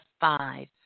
five